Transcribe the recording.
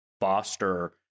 foster